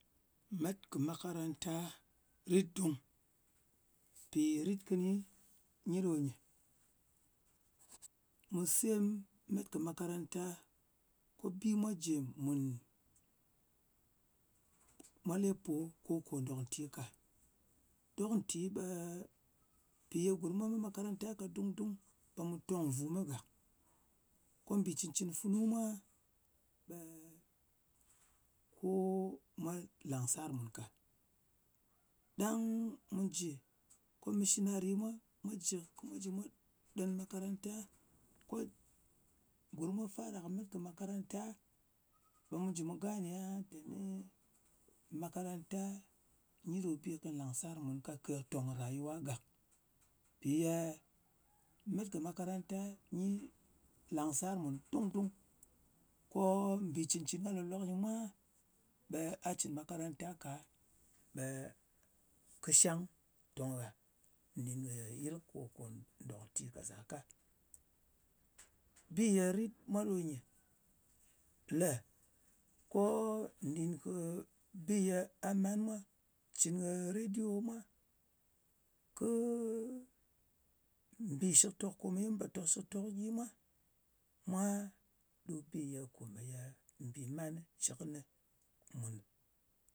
Met kɨ makaranta rit dung. Mpì rit kɨni nyi ɗo nyɨ. Mu sem met kɨ makaranta ko bi mwa jɨ mùn, mwa lepo ko kò dòk nti ka. Dok nti ɓe mpì ye gurm mwa met makaranta ka dung- ɓe mu tong num mɨ gak. Ko mbì cɨncɨn funu mwa ɓe ko mwa langsar mùn ka. Ɗang mu jɨ ko missinary mwa jɨ ko mwa ɗen makaranta, ko gurm mwa jɨ mwa ɗom met kɨ makaranta, ɓe mu jɨ mu gane aha teni makaranta nyi ɗo bi kìy làngsar mùn kake tòng kɨ rayuwa gàk. Mpì met kɨ makaranta langsar mùn dung-dung. Ko mbì cɨn-cɨn mwa ka lòk-lok nyi mwa, ɓe gha cɨn makaranta ka, ɓe kɨ shang tong ngha nɗin yɨl ko kò dòk nti ɗɨ ka zaka. Bi ye rit mwa ɗo nyɨ: le ko bi ye gha man mwa, cɨn kɨ rediwo mwa, kɨ mbì shìktok kome ye mun pò tòk kɨ shɨktok gyi mwa, mwa ɗo bi ye komeye mbìman jɨ kɨnɨ mùn